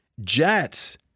Jets